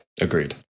Agreed